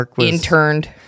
interned